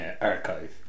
archive